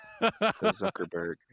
Zuckerberg